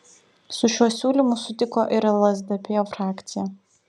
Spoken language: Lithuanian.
su šiuo siūlymu sutiko ir lsdp frakcija